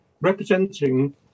representing